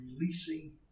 releasing